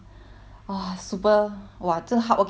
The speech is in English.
!wah! 真的 hardworking 到我 exam 都没有这样 hardworking 的